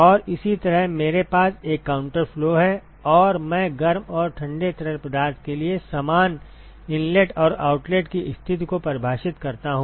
और इसी तरह मेरे पास एक काउंटर फ्लो है और मैं गर्म और ठंडे तरल पदार्थ के लिए समान इनलेट और आउटलेट की स्थिति को परिभाषित करता हूं